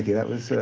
that was,